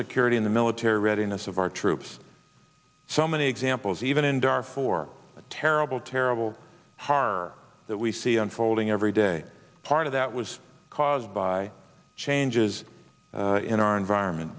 security in the military readiness of our troops so many examples even in dar for the terrible terrible car that we see unfolding every day part of that was caused by changes in our environment